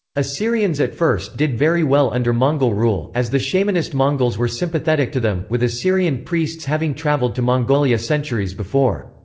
assyrians at first did very well under mongol rule, as the shamanist mongols were sympathetic to them, with assyrian priests having traveled to mongolia centuries before.